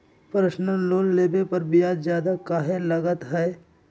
Personal loan लेबे पर ब्याज ज्यादा काहे लागईत है?